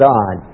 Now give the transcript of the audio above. God